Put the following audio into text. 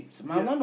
yup